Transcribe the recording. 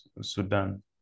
Sudan